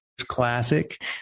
classic